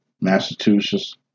massachusetts